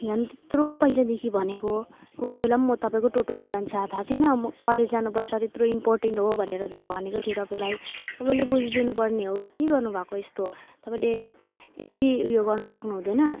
झन् त्यत्रो पहिलादेखि भनेको अरू बेलामा म तपाईँको टोटोमा जान्छ थाहा छैन म कलेज जानु पर्छ त्यत्रो इम्पोर्टेन्ट हो भनेर झन् भनेको थिएँ तपाईँलाई तपाईँले बुझिदिनु पर्ने हो के गर्नु भएको यस्तो तपाईँले यति उयो गर्नु सक्नु हुँदैन